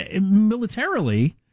militarily